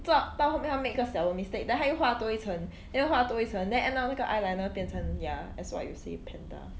这样到后面她 make 一个小的 mistake then 她又画多一层 then 画多一层 then end up 那个 eyeliner 变成 ya as what you say panda